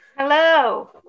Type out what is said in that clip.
Hello